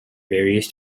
various